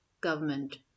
government